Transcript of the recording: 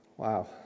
Wow